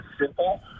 simple